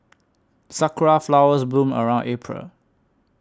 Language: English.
sakura flowers bloom around April